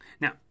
Now